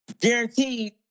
Guaranteed